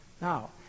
Now